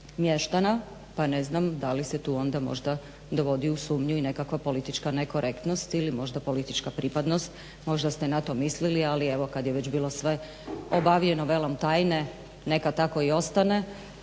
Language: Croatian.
pa ne znam da li se tu onda možda dovodi u sumnju i nekakva politička nekorektnost ili možda politička pripadnost, možda ste na to mislili. Ali evo kada je već bilo sve obavijeno velom tajne neka tako i ostane